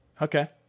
okay